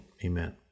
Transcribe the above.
Amen